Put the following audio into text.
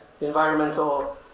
environmental